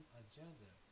agenda